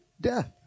death